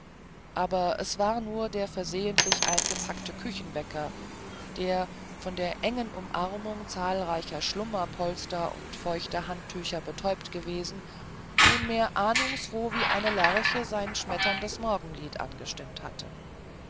aber es war nur der versehentlich eingepackte küchenwecker der von der engen umarmung zahlreicher schlummerpolster und feuchter handtücher betäubt gewesen nunmehr ahnungsfroh wie eine lerche sein schmetterndes morgenlied angestimmt hatte